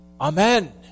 Amen